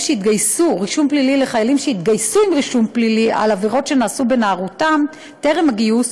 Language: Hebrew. שהתגייסו עם רישום פלילי על עבירות שנעשו בנערותם טרם הגיוס